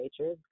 nature